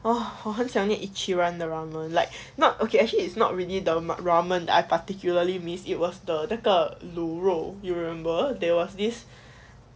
!wah! 我好很想念 ichiran the ramen like not okay actually it's not really mat ramen I particularly missed it was the de 那个卤肉 you remember there was this